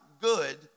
good